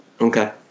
Okay